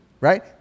right